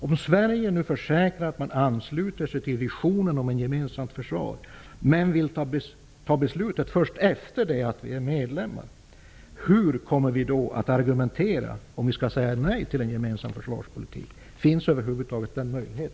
Om Sverige försäkrar att man ansluter sig till visionen om ett gemensamt försvar, men vill fatta beslut först efter det att vi blivit medlemmar -- hur kommer vi då att argumentera, om vi skall säga nej till en gemensam försvarspolitik? Finns den möjligheten över huvud taget?